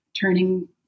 turning